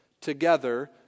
together